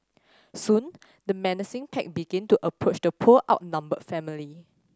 soon the menacing pack began to approach the poor outnumbered family